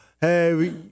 hey